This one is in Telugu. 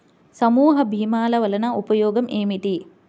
సమూహ భీమాల వలన ఉపయోగం ఏమిటీ?